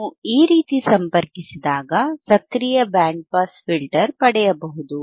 ನೀವು ಈ ರೀತಿ ಸಂಪರ್ಕಿಸಿದಾಗ ಸಕ್ರಿಯ ಬ್ಯಾಂಡ್ ಪಾಸ್ ಫಿಲ್ಟರ್ ಪಡೆಯಬಹುದು